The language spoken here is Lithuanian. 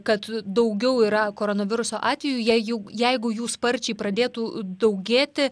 kad daugiau yra koronaviruso atvejų jei jų jeigu jų sparčiai pradėtų daugėti